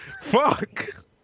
Fuck